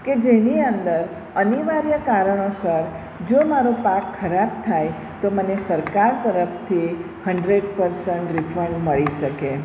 કે જેની અંદર અનિવાર્ય કારણોસર જો મારો પાક ખરાબ થાય તો મને સરકાર તરફથી હન્ડ્રેડ પરસન્ટ રિફંડ મળી શકે